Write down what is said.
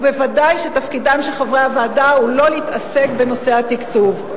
וודאי שתפקידם של חברי הוועדה הוא לא להתעסק בנושא התקצוב.